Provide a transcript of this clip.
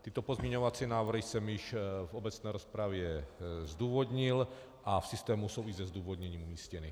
Tyto pozměňovací návrhy jsem již v obecné rozpravě zdůvodnil a v systému jsou i se zdůvodněním umístěny.